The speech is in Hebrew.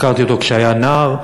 הכרתי אותו כשהיה נער,